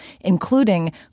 including